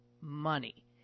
money